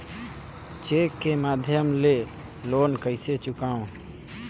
Cheque के माध्यम ले लोन कइसे चुकांव?